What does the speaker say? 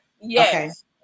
Yes